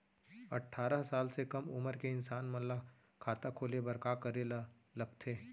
अट्ठारह साल से कम उमर के इंसान मन ला खाता खोले बर का करे ला लगथे?